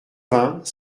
vingts